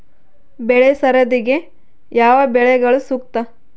ಬೆಳೆ ಸರದಿಗೆ ಯಾವ ಬೆಳೆಗಳು ಸೂಕ್ತ?